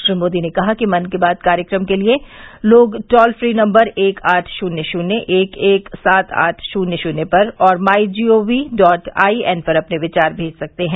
श्री मोदी ने कहा कि मन की बात कार्यक्रम के लिए लोग टोल फ्री नम्बर एक आठ शून्य शून्य एक एक सात आठ शून्य शून्य पर और my G O V dot I N पर अपने विचार भेज सकते हैं